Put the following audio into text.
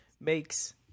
makes